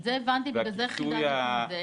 את זה הבנתי ולכן חידדתי.